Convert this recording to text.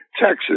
Texas